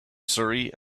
surrey